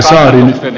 puhemies